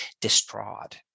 distraught